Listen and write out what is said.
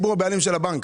הציבור הבעלים של הבנק.